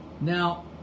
Now